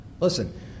Listen